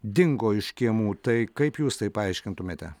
dingo iš kiemų tai kaip jūs tai paaiškintumėte